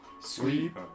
Sweep